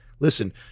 Listen